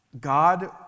God